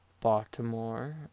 Baltimore